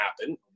happen